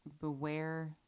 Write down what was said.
Beware